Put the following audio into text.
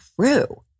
true